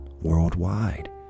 worldwide